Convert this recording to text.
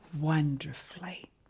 wonderfully